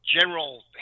General